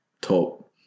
top